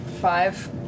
five